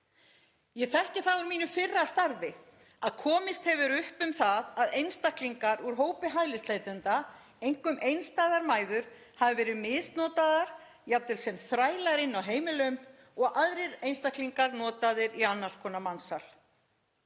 Ég þekki það úr mínu fyrra starfi að komist hefur upp um það að einstaklingar úr hópi hælisleitenda, einkum einstæðar mæður, hafi verið misnotaðir, jafnvel sem þrælar inni á heimilum, og aðrir einstaklingar notaðir í annars konar mansal.